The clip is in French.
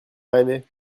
arrivé